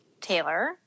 Taylor